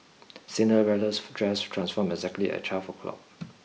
Cinderella's dress transformed exactly at twelve o'clock